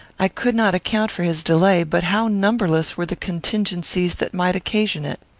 i could not account for his delay but how numberless were the contingencies that might occasion it!